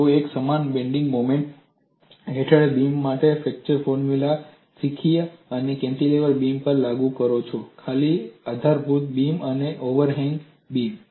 તમે એકસમાન bending moment હેઠળ બીમ માટે ફ્લેક્ચર ફોર્મ્યુલા શીખ્યા અને તેને કેન્ટિલેવર બીમ પર લાગુ કર્યો ખાલી આધારભૂત બીમ અને ઓવરહેંગ બીમ